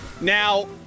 Now